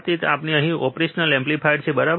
તેથી આપણી પાસે અહીં ઓપરેશનલ એમ્પ્લીફાયર છે બરાબર